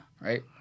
right